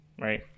Right